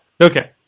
Okay